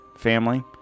family